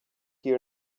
here